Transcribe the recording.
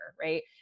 right